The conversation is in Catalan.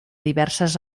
diverses